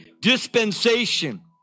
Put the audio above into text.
Dispensation